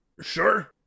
Sure